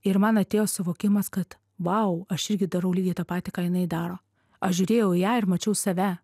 ir man atėjo suvokimas kad vau aš irgi darau lygiai tą patį ką jinai daro aš žiūrėjau į ją ir mačiau save